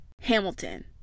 Hamilton